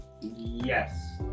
Yes